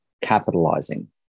capitalizing